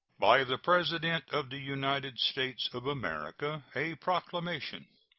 by the president of the united states of america. a proclamation.